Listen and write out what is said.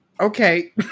okay